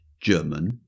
German